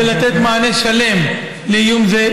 כדי לתת מענה שלם לאיום זה.